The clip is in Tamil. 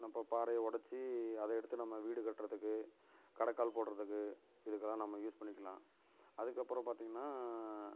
நான் இப்போ பாறையை உடச்சி அதை எடுத்து நம்ம வீடு கட்டுறத்துக்கு கடைக்கால் போடுறத்துக்கு இதற்கெல்லாம் நம்ம யூஸ் பண்ணிக்கலாம் அதற்கப்பறம் பார்த்திங்கனா